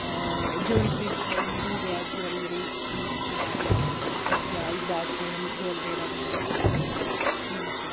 jewellery چھِ یِمَن Dogra jewellery تہِ چھِ واریاہ اَتھ منٛز یا بادشاہ یِم جویلری لَگاوان چھِ ٲسۍ مٕتۍ یِم چھِ